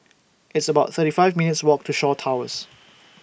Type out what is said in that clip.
It's about thirty five minutes' Walk to Shaw Towers